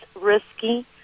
risky